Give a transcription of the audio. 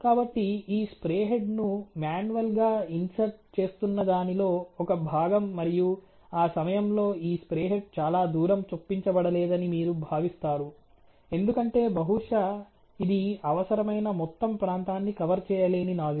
కాబట్టి ఈ spray head ను మాన్యువల్గా ఇన్సర్ట్ చేస్తున్న దానిలో ఒక భాగం మరియు ఆ సమయంలో ఈ స్ప్రే హెడ్ చాలా దూరం చొప్పించబడలేదని మీరు భావిస్తారు ఎందుకంటే బహుశా ఇది అవసరమైన మొత్తం ప్రాంతాన్ని కవర్ చేయలేని నాజిల్